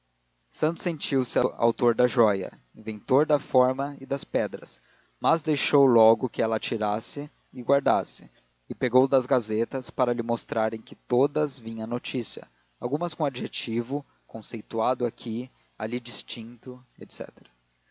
santos sentia-se autor da joia inventor da forma e das pedras mas deixou logo que ela a tirasse e guardasse e pegou das gazetas para lhe mostrar que em todas vinha a notícia algumas com adjetivo conceituado aqui ali distinto